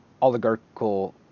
oligarchical